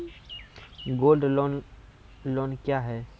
Gold loan loan क्या हैं?